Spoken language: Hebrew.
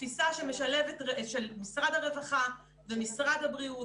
תפיסה של משרד הרווחה ומשרד הבריאות,